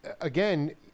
again